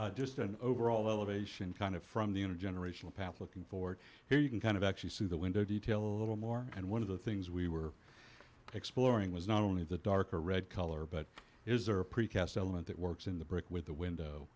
one just an overall elevation kind of from the unit generational path looking forward here you can kind of actually see the window detail a little more and one of the things we were exploring was not only the darker red color but is there a precast element that works in the brick with the window